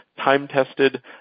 time-tested